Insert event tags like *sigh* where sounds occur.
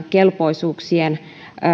*unintelligible* kelpoisuuksien